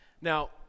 Now